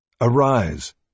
Arise